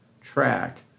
track